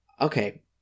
okay